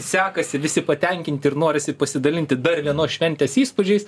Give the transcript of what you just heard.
sekasi visi patenkinti ir norisi pasidalinti dar vienos šventės įspūdžiais